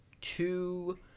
Two